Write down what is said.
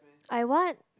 I want